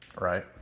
Right